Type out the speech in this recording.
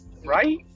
Right